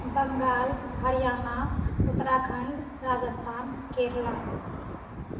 Bengal Haryana Uttarakhand Rajasthan Kerala